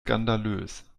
skandalös